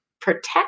protect